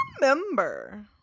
remember